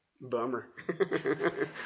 Bummer